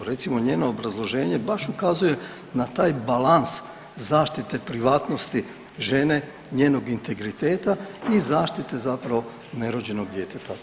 Recimo njeno obrazloženje baš ukazuje na taj balans zaštite privatnosti žene, njenog integriteta i zaštite zapravo nerođenog djeteta.